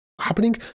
happening